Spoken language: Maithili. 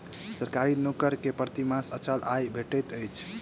सरकारी नौकर के प्रति मास अचल आय भेटैत अछि